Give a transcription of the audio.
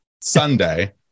Sunday